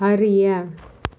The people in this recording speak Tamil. அறிய